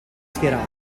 schierato